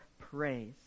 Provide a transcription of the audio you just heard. praise